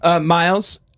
Miles